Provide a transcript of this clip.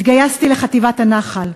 התגייסתי לחטיבת הנח"ל.